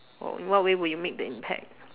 or in what way will you make the impact